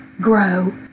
grow